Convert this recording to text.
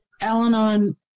Al-Anon